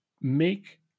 make